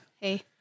Hey